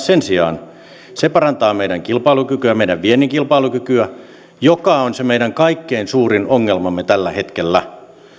sen sijaan parantaa meidän kilpailukykyä meidän viennin kilpailukykyä joka on se meidän kaikkein suurin ongelmamme tällä hetkellä